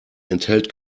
enthält